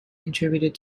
contributed